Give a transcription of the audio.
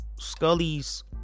Scully's